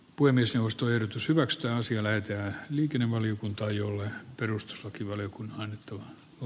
puimisen ostoyritys hyväks tuhansia löytää liikennevaliokuntaa jolle perustuslakivaliokunnan on